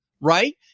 Right